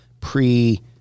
pre